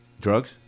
Drugs